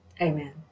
Amen